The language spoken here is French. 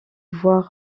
voir